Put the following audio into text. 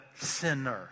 sinner